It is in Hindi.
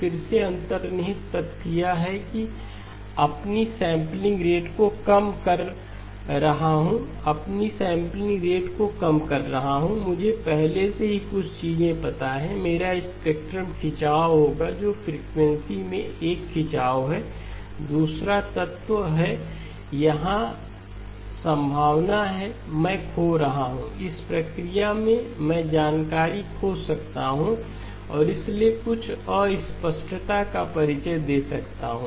फिर से अंतर्निहित तथ्य यह है कि मैं अपनी सेंपलिंग रेट को कम कर रहा हूं अपनी सेंपलिंग रेट को कम कर रहा हूं मुझे पहले से ही कुछ चीजें पता हैं मेरा स्पेक्ट्रम खिंचाव होगा जो फ्रीक्वेंसी में एक खिंचाव है दूसरा तत्व है कि यहां संभावना है मैं खो रहा हूं इस प्रक्रिया में मैं जानकारी खो सकता हूं और इसलिए कुछ अस्पष्टता का परिचय दे सकता हूं